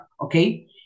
okay